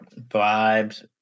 vibes